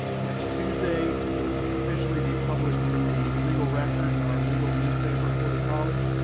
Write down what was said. next tuesday it will officially be published in the legal record, our legal newspaper for the college.